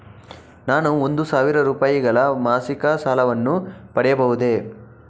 ನಾನು ಒಂದು ಸಾವಿರ ರೂಪಾಯಿಗಳ ಮಾಸಿಕ ಸಾಲವನ್ನು ಪಡೆಯಬಹುದೇ?